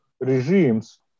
regimes